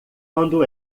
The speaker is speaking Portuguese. quando